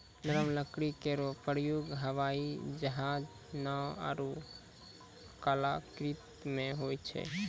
नरम लकड़ी केरो प्रयोग हवाई जहाज, नाव आरु कलाकृति म होय छै